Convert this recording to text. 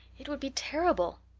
it would be terrible.